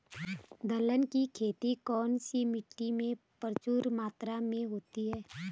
दलहन की खेती कौन सी मिट्टी में प्रचुर मात्रा में होती है?